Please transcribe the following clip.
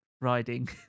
riding